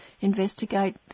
investigate